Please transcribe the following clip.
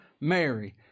Mary